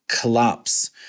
collapse